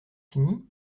fini